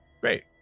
great